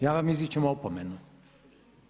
Ja vam izričem opomenu.